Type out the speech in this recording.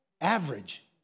average